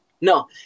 no